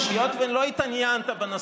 וחיכיתי, כששיקרו ואמרו שיש שני עריקים.